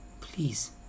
please